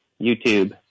YouTube